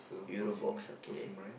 Euro Box okay